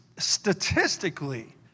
Statistically